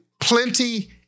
plenty